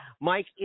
Mike